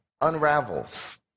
unravels